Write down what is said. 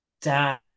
dad